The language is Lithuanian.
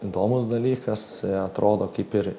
įdomus dalykas atrodo kaip ir